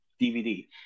DVD